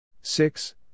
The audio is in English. Six